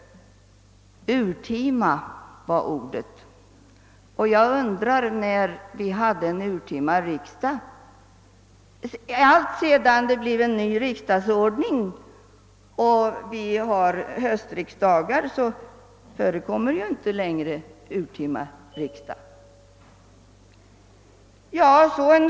Urtima var ordet. Jag undrar när vi sista gången hade en urtima riksdag. Alltsedan vi fick en ny riksdagsordning med höst riksdagar förekommer inte längre urtima riksdagar.